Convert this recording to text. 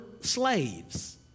slaves